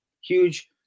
huge